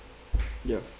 yeah